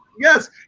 Yes